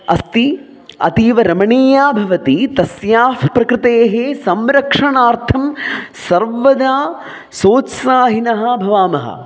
अस्ति अतीव रमणीया भवति तस्याः प्रकृतेः संरक्षणार्थं सर्वदा सोत्साहिनः भवामः